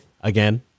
again